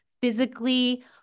physically